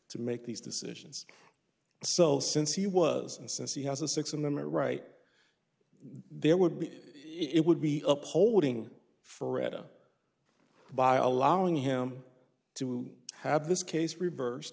to make these decisions so since he was and since he has a six of them are right there would be it would be upholding for retta by allowing him to have this case reverse